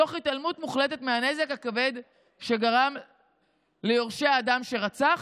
תוך התעלמות מוחלטת מהנזק הכבד שגרם ליורשי האדם שרצח,